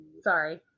sorry